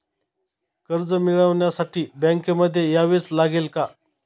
कर्ज मिळवण्यासाठी बँकेमध्ये यावेच लागेल का?